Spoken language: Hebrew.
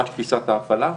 מה תפיסת ההפעלה.